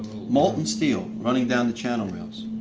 molten steel running down the channel rails.